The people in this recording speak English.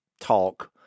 talk